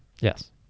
Yes